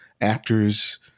actors